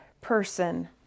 person